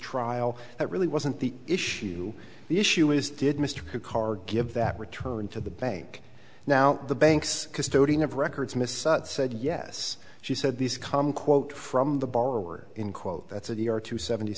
trial that really wasn't the issue the issue is did mr card give that return to the bank now the bank's custodian of records miss said yes she said this come quote from the borrower in quote that's a day or two seventy